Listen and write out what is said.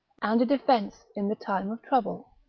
and a defence in the time of trouble.